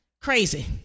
crazy